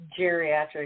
geriatric